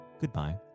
goodbye